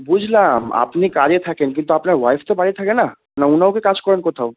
বুঝলাম আপনি কাজে থাকেন কিন্তু আপনার ওয়াইফ তো বাড়ি থাকে না না উনিও কি কাজ করেন কোথাও